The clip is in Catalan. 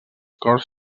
cors